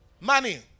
money